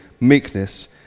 meekness